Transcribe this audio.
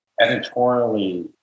editorially